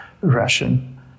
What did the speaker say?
Russian